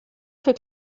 für